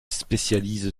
spécialise